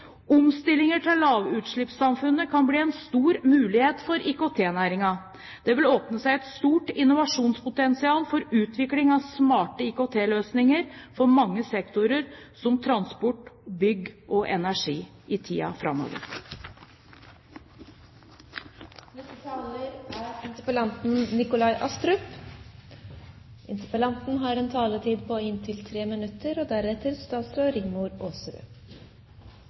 til lavutslippssamfunnet kan bli en stor mulighet for IKT-næringen. Det vil åpne seg et stort innovasjonspotensial for utvikling av smarte IKT-løsninger for mange sektorer, som transport, bygg og energi, i tiden framover. La meg først få lov til å takke statsråden for at hun har tatt seg tid til å komme hit og